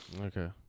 Okay